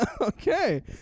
Okay